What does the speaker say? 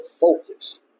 focus